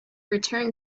return